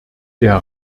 der